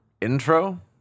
intro